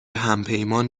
همپیمان